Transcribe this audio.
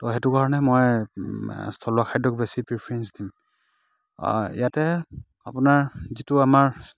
ত' সেইটো কাৰণে মই থলুৱা খাদ্যক বেছি প্ৰিফেৰেঞ্চ দিম ইয়াতে আপোনাৰ যিটো আমাৰ